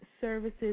services